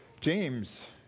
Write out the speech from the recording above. James